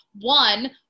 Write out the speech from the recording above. one